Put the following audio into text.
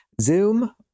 Zoom